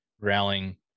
growling